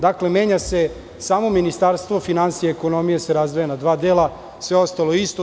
Dakle, menja se samo Ministarstvo finansija i ekonomije se razdvaja na dva dela i sve ostalo je isto.